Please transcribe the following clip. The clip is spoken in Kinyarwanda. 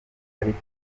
ariko